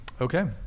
Okay